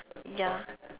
ya